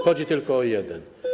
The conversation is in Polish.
Chodzi tylko o jeden.